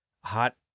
hot